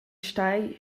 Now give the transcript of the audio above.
stai